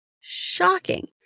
Shocking